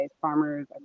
farmers